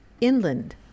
inland